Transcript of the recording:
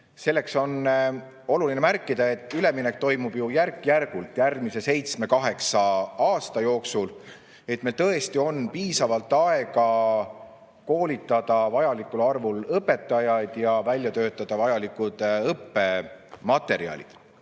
Selleks on oluline märkida, et üleminek toimub järk-järgult järgmise seitsme-kaheksa aasta jooksul, et meil tõesti oleks piisavalt aega koolitada vajalikul arvul õpetajaid ja välja töötada vajalikud õppematerjalid. Aga